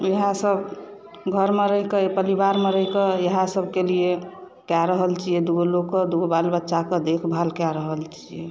इएह सब घर मे रहि कऽ एहि परिवार मे रहि कऽ इएह सब केलियै कए रहल छियै दू गो लोक कऽ दूगो बाल बच्चा के देख भाल कै रहल छियै